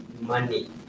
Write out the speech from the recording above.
money